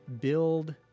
build